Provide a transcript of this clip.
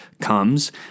comes